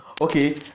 Okay